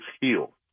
heal